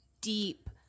deep